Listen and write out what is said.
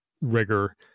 rigor